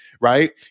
right